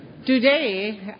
Today